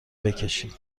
بکشید